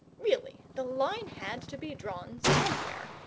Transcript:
really the line had to be drawn somewhere,